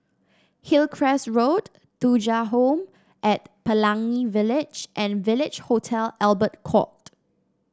Hillcrest Road Thuja Home at Pelangi Village and Village Hotel Albert Court